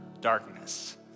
darkness